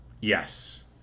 yes